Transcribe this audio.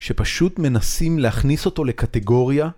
‫שפשוט מנסים להכניס אותו לקטגוריה.